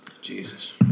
Jesus